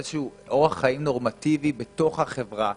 לאיזשהו אורח חיים נורמטיבי בתוך החברה.